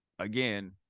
Again